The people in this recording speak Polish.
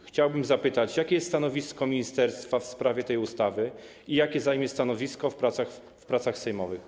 Chciałbym zapytać: Jakie jest stanowisko ministerstwa w sprawie tej ustawy i jakie zajmie stanowisko podczas prac sejmowych?